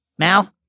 Mal